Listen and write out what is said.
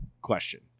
Question